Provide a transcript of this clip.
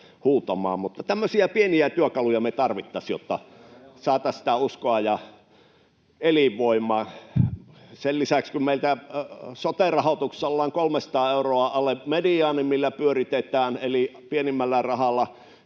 Mutta tämmöisiä pieniä työkaluja me tarvittaisiin, jotta saataisiin sitä uskoa ja elinvoimaa. Sen lisäksi kun meillä sote-rahoituksessa ollaan 300 euroa alle mediaanin eli pienimmällä rahalla